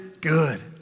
good